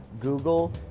Google